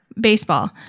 baseball